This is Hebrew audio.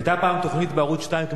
היתה פעם תוכנית בערוץ-2,